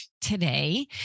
today